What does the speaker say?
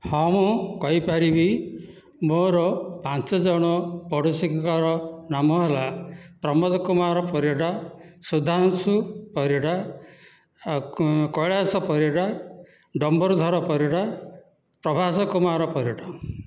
ହଁ ମୁଁ କହିପାରିବି ମୋର ପାଞ୍ଚ ଜଣ ପଡ଼ୋଶୀଙ୍କର ନାମ ହେଲା ପ୍ରମୋଦ କୁମାର ପରିଡ଼ା ସୁଧାଂଶୁ ପରିଡ଼ା ଆଉ କୈଳାସ ପରିଡ଼ା ଡମ୍ବରୁଧର ପରିଡ଼ା ପ୍ରଭାସ କୁମାର ପରିଡ଼ା